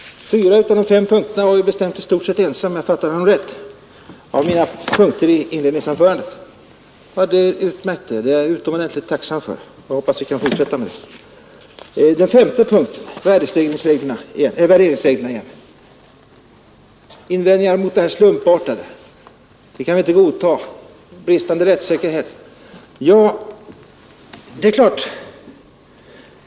På fyra av de fem punkterna i mitt inledningsanförande är vi i stort sett ense, om jag fattade honom rätt. Det är utmärkt. Jag är utomordentligt tacksam för det och hoppas att vi kan fortsätta att vara överens. På den femte punkten — värderingsreglerna igen — gör herr Tobé invändningar om bristande rättssäkerhet.